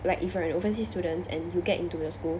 like is you are an overseas student and you get into the school